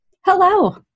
Hello